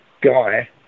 guy